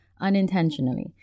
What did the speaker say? unintentionally